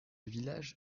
village